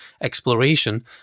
exploration